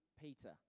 Peter